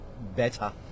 better